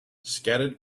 scattered